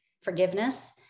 forgiveness